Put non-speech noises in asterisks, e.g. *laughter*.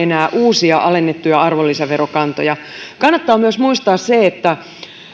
*unintelligible* enää uusia alennettuja arvonlisäverokantoja kannattaa myös muistaa se että